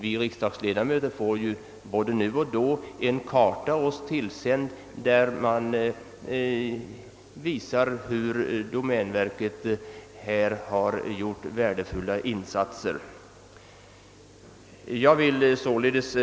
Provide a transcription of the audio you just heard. Vi riksdagsledamöter får ju både nu och då en karta oss tillsänd, av vilken framgår att domänverket gör värdefulla insatser på det område vi nu diskuterar. Herr talman!